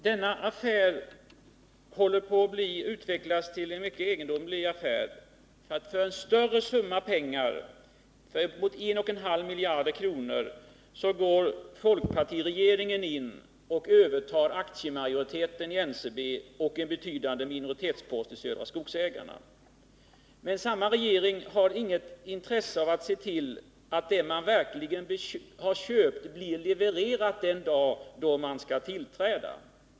Herr talman! Denna affär håller på att utvecklas till något mycket egendomligt. För en större summa pengar, en och en halv miljard kronor, övertar folkpartiregeringen aktiemajoriteten i NCB och en betydande minoritetspost i Södra Skogsägarna. Men samma regering har inget intresse av att se till att det man köpt verkligen blir levererat den dag då man skall tillträda.